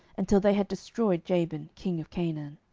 until they had destroyed jabin king of canaan.